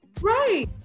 Right